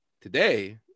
Today